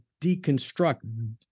deconstruct